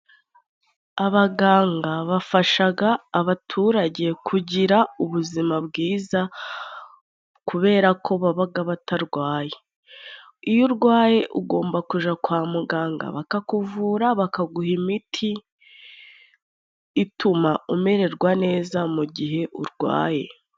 Abaganga bafashaga abaturage kugira ubuzima bwiza kubera ko babaga batarwaye. Iyo urwaye ugomba kuja kwa muganga bakakuvura, bakaguha imiti ituma umererwa neza mu gihe urwaye.